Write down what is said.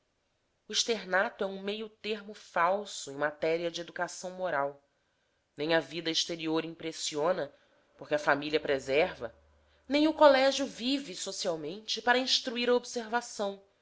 o externato é um meio-termo falso em matéria de educação moral nem a vida exterior impressiona porque a família preserva nem o colégio vive socialmente para instruir a observação